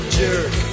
jerk